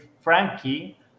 frankie